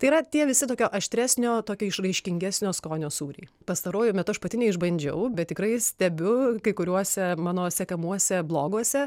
tai yra tie visi tokio aštresnio tokio išraiškingesnio skonio sūriai pastaruoju metu aš pati neišbandžiau bet tikrai stebiu kai kuriuose mano sekamuose bloguose